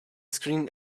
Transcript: screen